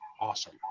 awesome